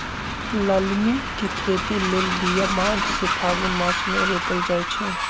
लालमि के खेती लेल बिया माघ से फ़ागुन मास मे रोपल जाइ छै